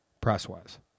price-wise